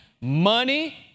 money